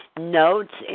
notes